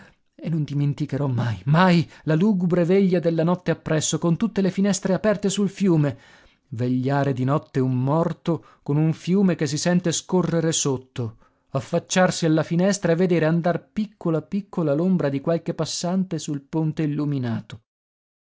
e non dimenticherò mai mai la lugubre veglia della notte appresso con tutte le finestre aperte sul fiume vegliare di notte un morto con un fiume che si sente scorrere sotto affacciarsi alla finestra e vedere andar piccola piccola l'ombra di qualche passante sul ponte illuminato